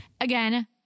again